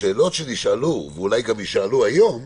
השאלות שנשאלו ואולי גם יישאלו היום,